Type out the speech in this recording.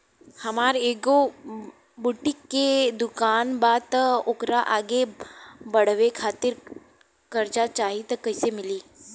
हमार एगो बुटीक के दुकानबा त ओकरा आगे बढ़वे खातिर कर्जा चाहि त कइसे मिली?